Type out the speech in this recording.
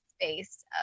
space